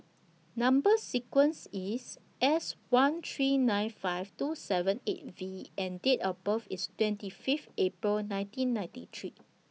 Number sequence IS S one three nine five two seven eight V and Date of birth IS twenty Fifth April nineteen ninety three